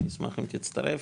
אני אשמח אם תצטרף,